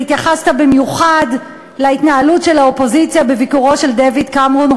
והתייחסת במיוחד להתנהלות של האופוזיציה בביקורו של דייוויד קמרון,